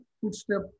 footstep